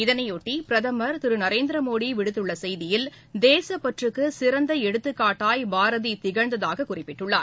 இதனையொட்டி பிரதமர் திரு நரேந்திர மோடி விடுத்துள்ள செய்தியில் தேச பற்றுக்கு சிறந்த எடுத்துக்காட்டாய் பாரதி திகழ்ந்ததாக குறிப்பிட்டுள்ளார்